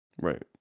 right